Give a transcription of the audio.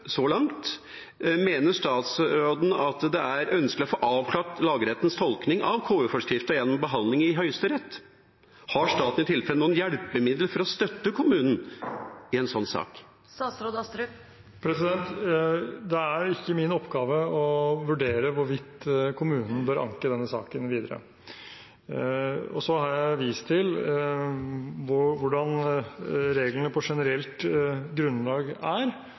så langt: Mener statsråden at det er ønskelig å få avklart lagmannsrettens tolkning av KU-forskriften gjennom behandling i Høyesterett? Har staten i tilfelle noen hjelpemidler for å støtte kommunen i en sånn sak? Det er ikke min oppgave å vurdere hvorvidt kommunen bør anke denne saken videre. Jeg har vist til hvordan reglene er på generelt grunnlag, og jeg er